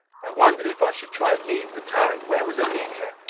i wondered if i should try and leave the turret. where was anita?